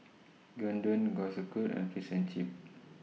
Gyudon Kalguksu and Fish and Chips